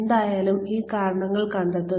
എന്തായാലും ഈ കാരണങ്ങൾ കണ്ടെത്തുക